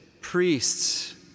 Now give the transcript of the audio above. priests